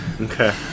Okay